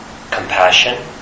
compassion